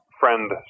friend